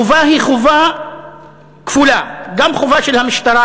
החובה היא חובה כפולה: גם חובה של המשטרה,